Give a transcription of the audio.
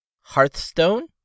hearthstone